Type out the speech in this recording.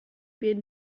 been